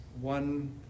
one